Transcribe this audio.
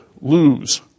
lose